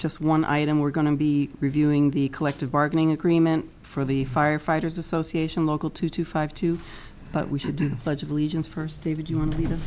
just one item we're going to be reviewing the collective bargaining agreement for the firefighters association local two to five two but we should pledge of allegiance first david you want to be the